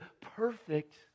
perfect